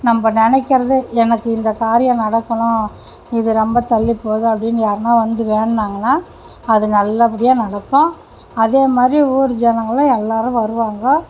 நம்ம நினைக்கிறது எனக்கு இந்த காரியம் நடக்கணும் இது ரொம்ப தள்ளிப்போகுது அப்படின்னு யாருனால் வந்து வேண்டினாங்கன்னா அது நல்லபடியாக நடக்கும் அதே மாதிரி ஊர் ஜனங்களும் எல்லாரும் வருவாங்க